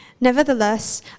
Nevertheless